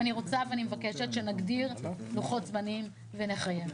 אני רוצה ואני מבקשת שנגדיר לוחות זמנים ונחייב.